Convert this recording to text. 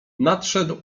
nadszedł